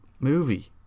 movie